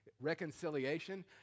reconciliation